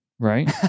Right